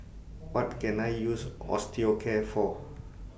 What Can I use Osteocare For